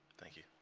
thank you